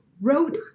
wrote